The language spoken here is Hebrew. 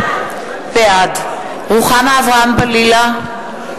בעד רוחמה אברהם-בלילא,